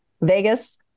Vegas